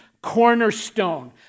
cornerstone